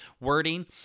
wording